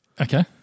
Okay